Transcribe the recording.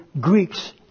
Greeks